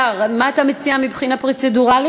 השר, מה אתה מציע מבחינה פרוצדורלית?